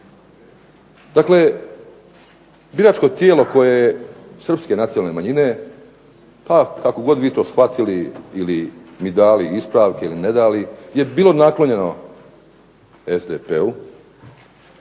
Dakle biračko tijelo koje je srpske nacionalne manjine, pa kako god vi to shvatili ili mi dali ispravke ili ne dali, je bilo naklonjeno SDP-u,